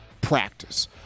practice